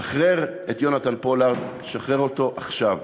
שחרר את יונתן פולארד, שחרר אותו עכשיו.